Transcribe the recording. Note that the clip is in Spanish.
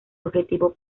objetivo